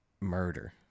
murder